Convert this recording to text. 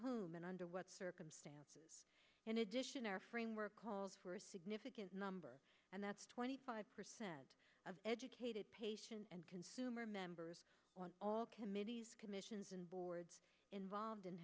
whom and under what circumstances in addition our framework calls for a significant number and that's twenty five percent of educated patients and consumer members on all committees commissions and boards involved in